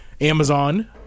Amazon